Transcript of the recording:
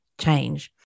change